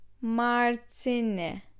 Martine